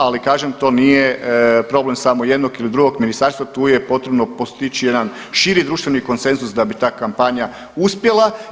Ali kažem to nije problem samo jednog ili drugog ministarstva tu je potrebno postići jedan širi društveni konsenzus da bi ta kampanja uspjela.